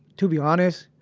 to be honest,